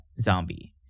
zombie